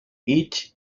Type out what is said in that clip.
each